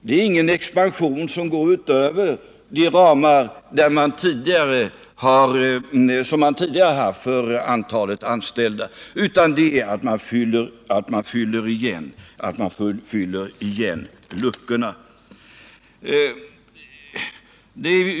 Det är ingen expansion som går utöver de ramar som man tidigare haft för antalet anställda, utan man fyller bara igen luckorna.